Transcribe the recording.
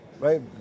Right